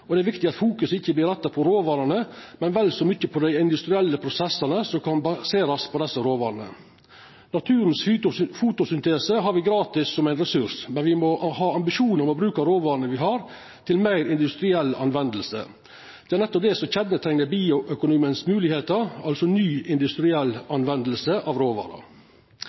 og det er viktig at fokuset ikkje vert retta mot råvarene, men vel så mykje mot dei industrielle prosessane som kan baserast på desse råvarene. Naturens fotosyntese har me gratis som ein ressurs, men me må ha ambisjonar om å bruka råvarene me har, til meir industriell bruk. Det er nettopp det som kjenneteiknar bioøkonomiens moglegheiter, altså ny industriell bruk av råvarer.